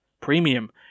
Premium